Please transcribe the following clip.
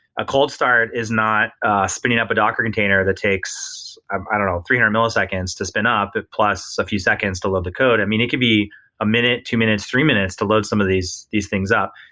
a cold start is not spinning up a docker container that takes, i don't know, three hundred milliseconds to spin up plus a few seconds to load the code. i mean, it could be a minute, two minutes, three minutes to load some of these these things up.